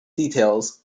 details